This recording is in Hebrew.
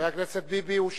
חבר הכנסת ביבי, הוא שמע.